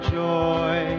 joy